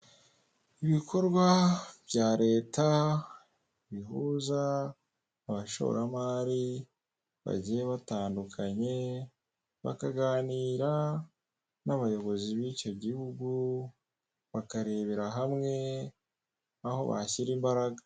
Ibikorwa bya Leta bihuza abashoramari bagiye batandukanye, bakaganira n'abayobozi b'icyo gihugu, bakarebera hamwe aho bashyira imbaraga.